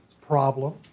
problem